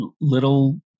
little